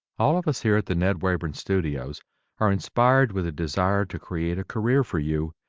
all of us here at the ned wayburn studios are inspired with a desire to create a career for you,